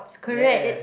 ya ya ya